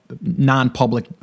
non-public